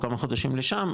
או כמה חודשים לשם,